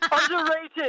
Underrated